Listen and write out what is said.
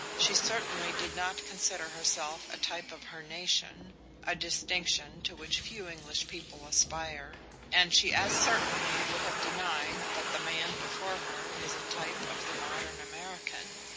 she certainly did not consider herself a type of her nation a distinction to which few english people aspire and she as certainly would have denied that the man before her was a type of the modern american.